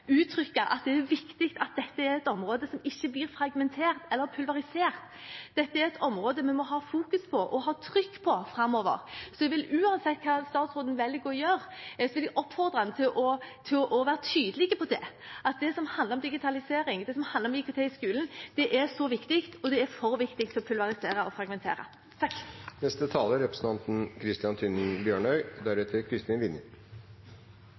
uttrykke at det er viktig at dette er et område som ikke blir fragmentert eller pulverisert. Dette er et område vi må ha fokus på og trykk på framover. Så uansett hva statsråden velger å gjøre, vil jeg oppfordre ham til å være tydelig på at det som handler om digitalisering og IKT i skolen, er så viktig, og det er for viktig til å bli pulverisert og